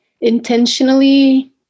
intentionally